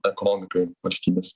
ekonomikai valstybės